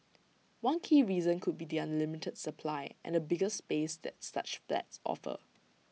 one key reason could be their limited supply and the bigger space that such flats offer